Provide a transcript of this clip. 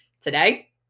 Today